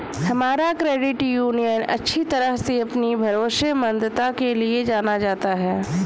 हमारा credit union अच्छी तरह से अपनी भरोसेमंदता के लिए जाना जाता है